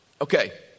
okay